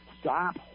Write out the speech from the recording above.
Stop